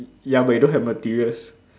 ya but you don't have materials